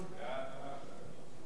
סעיפים 1